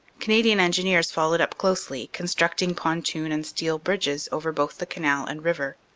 canadian engineers followed up closely, constructing pontoon and steel bridges over both the canal and river.